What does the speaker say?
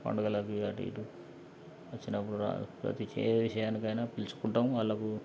పండుగలకు అటు ఇటు వచ్చినప్పుడు ప్రతీ చిన్న విషయానికి అయిన పిలుచుకుంటాం వాళ్ళకు